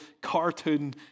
cartoon